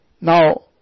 Now